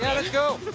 yeah let's go!